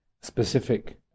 specific